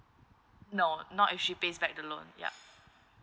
no not actually pays back the loan ya